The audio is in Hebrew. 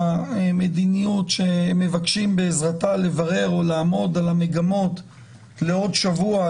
מדיניות שמבקשים בעזרתה לברר או לעמוד על המגמות לעוד שבוע,